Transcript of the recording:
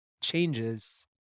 changes